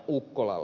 ukkolalla